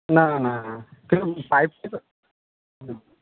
না না না দেখুন পাইপটা তো হুম